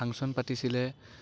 function পাতিছিলে